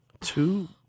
Two